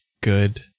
good